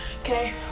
Okay